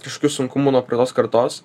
kažkokių sunkumų nuo praeitos kartos